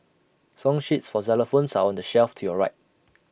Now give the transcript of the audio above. song sheets for xylophones are on the shelf to your right